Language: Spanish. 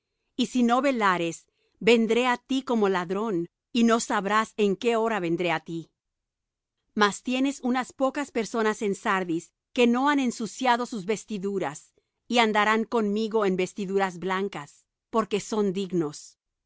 y si no velares vendré á ti como ladrón y no sabrás en qué hora vendré á ti mas tienes unas pocas personas en sardis que no han ensuciado sus vestiduras y andarán conmigo en vestiduras blancas porque son dignos